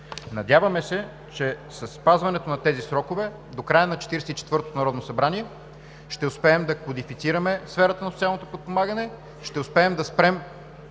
Надяваме се, че със спазването на тези срокове до края на Четиридесет и четвъртото народно събрание ще успеем да кодифицираме сферата на социалното подпомагане, ще успеем да спрем